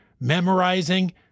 memorizing